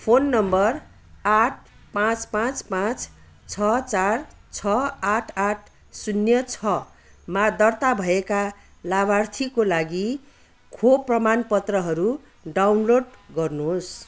phone number आठ पाँच पाँच पाँच छ चार छ आठ आठ शून्य छमा दर्ता भएका लाभार्थीको लागि खोप प्रमाणपत्रहरू डाउनलोड गर्नुहोस्